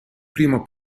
primo